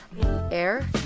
Air